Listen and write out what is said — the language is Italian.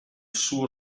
suo